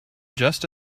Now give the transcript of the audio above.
just